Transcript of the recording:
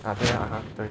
uh 对啦 (uh huh)